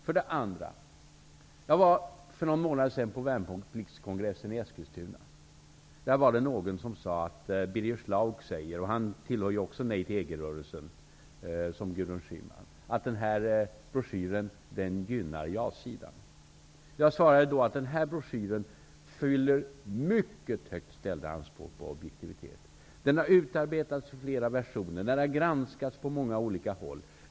För det andra var jag för någon månad sedan på värnpliktskongressen i Eskilstuna. Där var det någon som sade att Birger Schlaug säger -- han tillhör också Nej till EG-rörelsen, som Gudrun Schyman -- att broschyren gynnar ja-sidan. Jag svarade då att broschyren fyller mycket högt ställda anspråk på objektivitet. Den har utarbetats i flera versioner. Den har granskats på många olika håll.